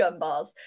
gumballs